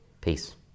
Peace